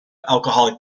alcoholic